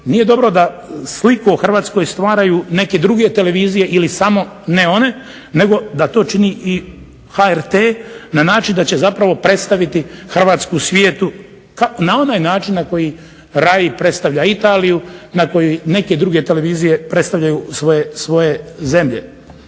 Nije dobro da sliku o Hrvatskoj stvaraju neke druge televizije ili samo ne one, nego da to čini i HRT na način da će predstaviti Hrvatsku svijetu na onaj način na koji RAI predstavlja Italiju na koju neke druge televizije predstavljaju svoje zemlje.